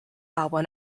album